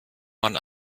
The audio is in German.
man